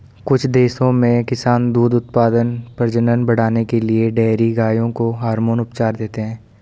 कुछ देशों में किसान दूध उत्पादन, प्रजनन बढ़ाने के लिए डेयरी गायों को हार्मोन उपचार देते हैं